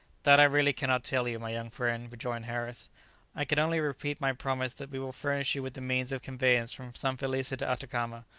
that i really cannot tell you, my young friend, rejoined harris i can only repeat my promise that we will furnish you with the means of conveyance from san felice to atacama,